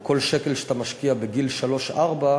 על כל שקל שאתה משקיע בגיל שלוש-ארבע,